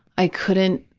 i couldn't